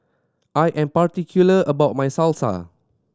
I am particular about my Salsa